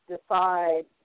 decide